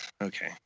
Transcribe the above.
okay